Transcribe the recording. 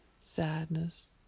sadness